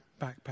backpack